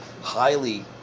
highly